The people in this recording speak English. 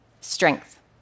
strength